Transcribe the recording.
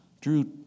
Drew